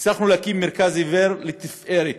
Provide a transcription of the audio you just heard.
הצלחנו להקים מרכז לעיוור לתפארת